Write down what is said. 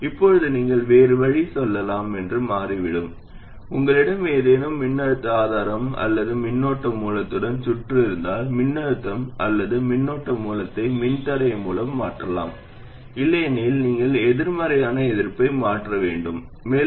இப்போது நீங்கள் வேறு வழியில் செல்லலாம் என்று மாறிவிடும் உங்களிடம் ஏதேனும் மின்னழுத்த ஆதாரம் அல்லது மின்னோட்ட மூலத்துடன் சுற்று இருந்தால் மின்னழுத்தம் அல்லது மின்னோட்ட மூலத்தை மின்தடையம் மூலம் மாற்றலாம் இல்லையெனில் நீங்கள் எதிர்மறையான எதிர்ப்பை மாற்ற வேண்டும் மேலும் நீங்கள் சில ஒற்றை நிலைமைகளைப் பெறலாம்